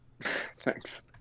thanks